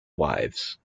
wives